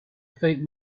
faint